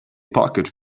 parked